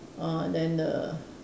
uh then the